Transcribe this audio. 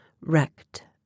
wrecked